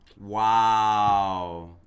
Wow